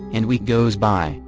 and week goes by,